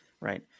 Right